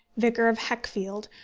vicar of heckfield,